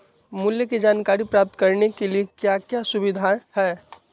मूल्य के जानकारी प्राप्त करने के लिए क्या क्या सुविधाएं है?